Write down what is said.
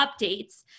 updates